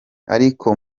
ariko